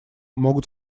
могут